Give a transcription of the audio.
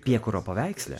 piekuro paveiksle